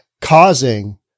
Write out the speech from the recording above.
causing